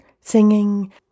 singing